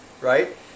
right